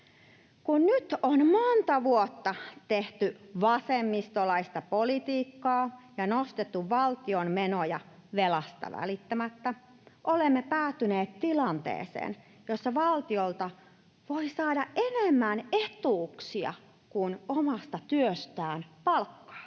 Kun nyt on monta vuotta tehty vasemmistolaista politiikkaa ja nostettu valtion menoja velasta välittämättä, olemme päätyneet tilanteeseen, jossa valtiolta voi saada enemmän etuuksia kuin omasta työstään palkkaa.